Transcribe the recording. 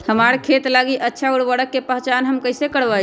हमार खेत लागी अच्छा उर्वरक के पहचान हम कैसे करवाई?